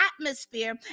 atmosphere